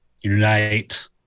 unite